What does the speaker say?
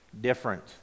different